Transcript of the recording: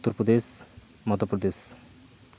Uttar Pradesh Madhya Pradesh